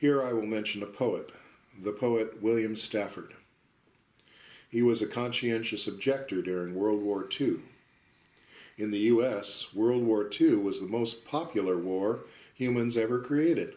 here i will mention a poet the poet william stafford he was a conscientious objector during world war two in the us world war two was the most popular war humans ever created